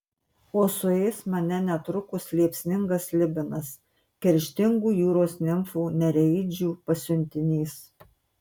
o suės mane netrukus liepsningas slibinas kerštingų jūros nimfų nereidžių pasiuntinys